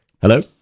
Hello